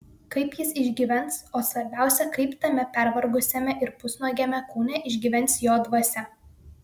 kaip jis išgyvens o svarbiausia kaip tame pervargusiame ir pusnuogiame kūne išgyvens jo dvasia